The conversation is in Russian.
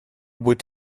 будет